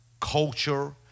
culture